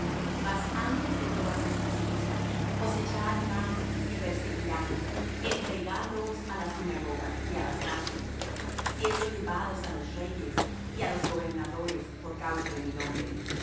mas antes de todas estas cosas os echarán mano y perseguirán entregándoos á las sinagogas y á las cárceles siendo llevados á los reyes y á los gobernadores por causa de mi nombre